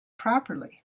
properly